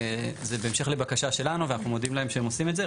זה בהמשך לבקשה שלנו ואנחנו מודים להם שהם עושים את זה.